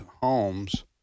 homes